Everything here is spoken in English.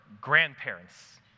grandparents